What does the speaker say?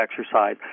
exercise